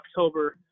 October